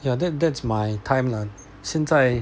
ya that that's my time lah 现在